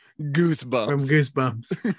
goosebumps